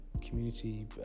community